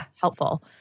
helpful